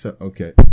Okay